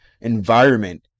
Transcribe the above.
environment